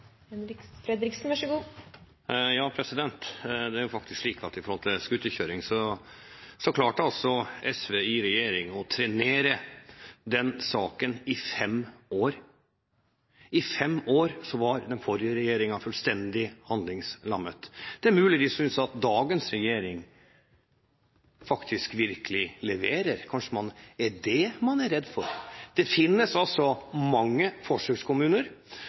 Jan-Henrik Fredriksen har hatt ordet to ganger tidligere og får ordet til en kort merknad, begrenset til 1 minutt. Det er faktisk slik at når det gjelder skuterkjøring, klarte altså SV i regjering å trenere den saken i fem år. I fem år var den forrige regjeringen fullstendig handlingslammet. Det er mulig de synes at dagens regjering faktisk leverer. Kanskje er det det man er redd for? Det finnes mange forsøkskommuner,